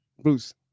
Bruce